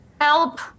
help